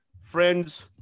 friends